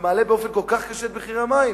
ומעלה באופן כל כך קשה את מחיר המים.